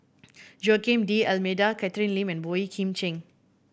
Joaquim D'Almeida Catherine Lim and Boey Kim Cheng